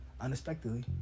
unexpectedly